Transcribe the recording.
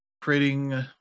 creating